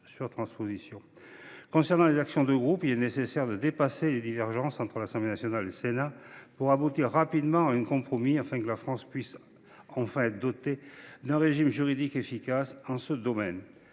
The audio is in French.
Concernant les actions de groupe, il est nécessaire de dépasser les divergences entre l’Assemblée nationale et le Sénat pour aboutir rapidement à un compromis, afin que la France puisse enfin être dotée d’un régime juridique efficace dans ce domaine.